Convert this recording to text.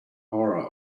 horror